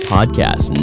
Podcast